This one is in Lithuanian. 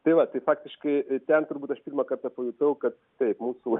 tai va tai faktiškai ten turbūt aš pirmą kartą pajutau kad taip mūsų